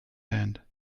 hand